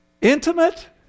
Intimate